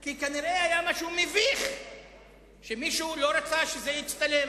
כי כנראה היה משהו מביך ומישהו לא רצה שזה יצטלם.